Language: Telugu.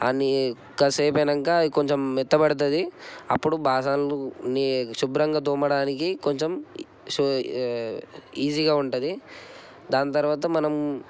నీళ్ళు కాసేపు అయినాక అవి కొంచం మెత్తబడుతుంది అప్పుడు బాసనలు శుభ్రంగా తోమడానికి కొంచెం ఈజీగా ఉంటుంది దాని తర్వాత మనం